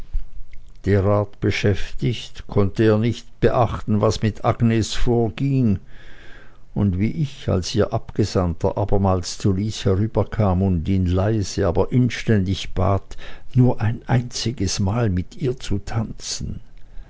derart beschäftigt konnte er nicht beachten was mit agnes vorging und wie ich als ihr abgesandter abermals zu lys herüberkam und ihn leise aber inständig bat nur ein einziges mal mit ihr zu tanzen